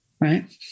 right